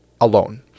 alone